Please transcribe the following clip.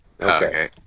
Okay